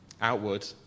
outward